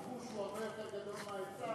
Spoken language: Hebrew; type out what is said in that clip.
כאשר הביקוש הוא הרבה יותר גדול מההיצע,